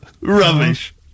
Rubbish